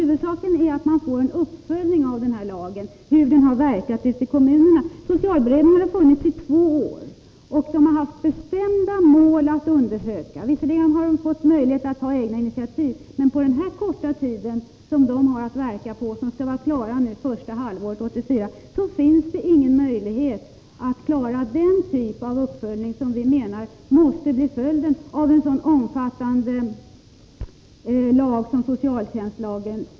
Huvudsaken är att man får en uppföljning av den här lagen — en undersökning av hur den har verkat ute i kommunerna. Socialberedningen har nu funnits i två år. Den har haft bestämda mål att undersöka. Visserligen har den fått möjlighet att ta egna initiativ, men under den korta tid som beredningen verkat — man skall vara klar med sitt arbete under första halvåret 1984 -— finns det ingen möjlighet att klara den typen av uppföljning som vi menar är nödvändig när det gäller en så omfattande lag som socialtjänstlagen.